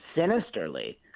sinisterly